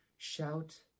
Shout